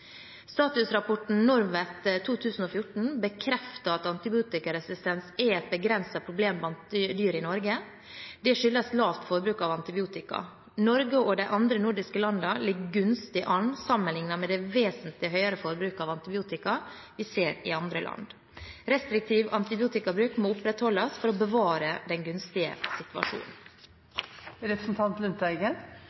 Statusrapporten NORM-VET 2014 bekrefter at antibiotikaresistens er et begrenset problem blant dyr i Norge. Det skyldes lavt forbruk av antibiotika. Norge og de andre nordiske landene ligger gunstig an sammenliknet med det vesentlig høyere forbruket av antibiotika vi ser i andre land. Restriktiv antibiotikabruk må opprettholdes for å bevare den gunstige